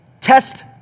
test